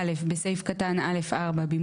(א) בסעיף קטן (א)(4) ,